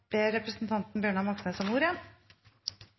Representanten Bjørnar Moxnes